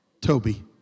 Toby